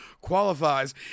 qualifies